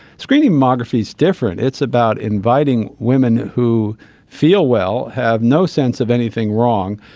screening mammography is different, it's about inviting women who feel well, have no sense of anything wrong,